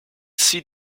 see